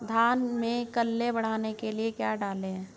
धान में कल्ले बढ़ाने के लिए क्या डालें?